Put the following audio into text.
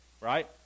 Right